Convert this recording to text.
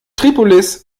tripolis